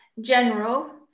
general